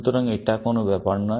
সুতরাং এটা কোন ব্যাপার না